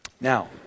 now